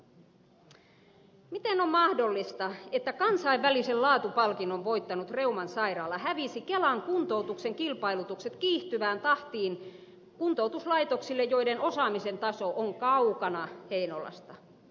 miten on mahdollista että kansainvälisen laatupalkinnon voittanut reuman sairaala hävisi kelan kuntoutuksen kilpailutukset kiihtyvään tahtiin kuntoutuslaitoksille joiden osaamisen taso on kaukana heinolasta